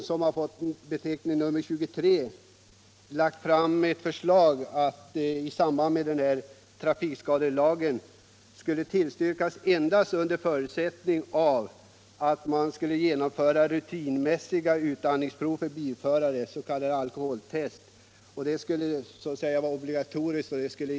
Vi har i motionen 23 hemställt att trafikskadelagen skulle träda i kraft först då rutinmässiga utandningsprov för bilförare, s.k. alkotest, blivit riksomfattande.